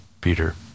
Peter